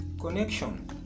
connection